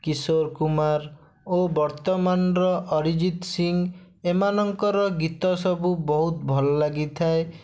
କିଶୋର କୁମାର ଓ ବର୍ତ୍ତମାନର ଅରିଜିତ ସିଂ ଏମାନଙ୍କର ଗୀତ ସବୁ ବହୁତ ଭଲ ଲାଗିଥାଏ